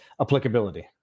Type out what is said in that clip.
applicability